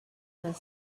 vingt